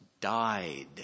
died